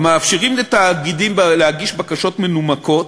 המאפשרת לתאגידים להגיש בקשות מנומקות,